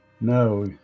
No